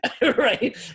right